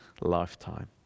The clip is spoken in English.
lifetime